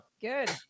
Good